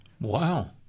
Wow